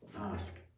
ask